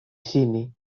sini